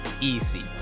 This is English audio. Easy